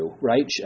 right